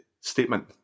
statement